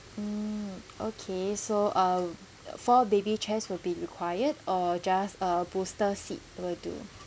mm okay so uh four baby chairs will be required or just a booster seat will do